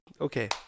Okay